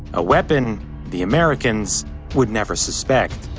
a weapon the americans would never suspect.